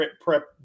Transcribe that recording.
prep